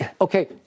okay